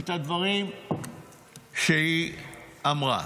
את הדברים שהיא אמרה.